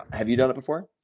have you done it before?